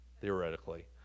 theoretically